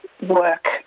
work